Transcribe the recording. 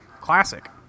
Classic